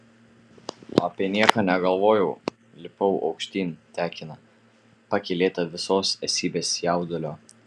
apie nieką negalvojau lipau aukštyn tekina pakylėta visos esybės jaudulio